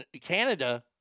Canada